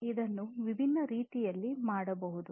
ಇದನ್ನು ವಿಭಿನ್ನ ರೀತಿಯಲ್ಲಿ ಮಾಡಬಹುದು